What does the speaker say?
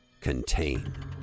Contain